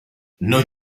non